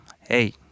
hey